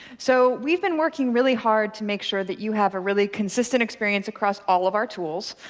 so we've been working really hard to make sure that you have a really consistent experience across all of our tools.